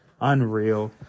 unreal